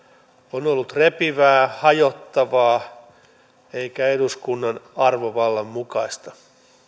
on ollut repivää hajottavaa eikä eduskunnan arvovallan mukaista